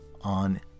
on